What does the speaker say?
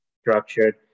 structured